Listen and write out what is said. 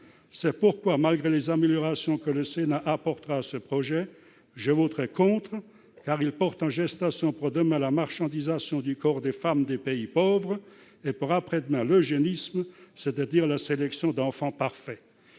C'est pourquoi, malgré les améliorations que le Sénat apportera à ce projet de loi, je voterai contre, car il porte en germe, pour demain, la marchandisation du corps des femmes des pays pauvres, et, pour après-demain, l'eugénisme, c'est-à-dire la sélection d'enfants parfaits.